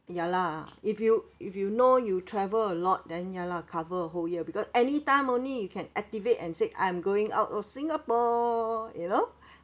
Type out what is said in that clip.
ya lah if you if you know you travel a lot then ya lah cover a whole year because anytime only you can activate and said I am going out of singapore you know